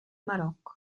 marocco